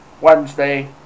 Wednesday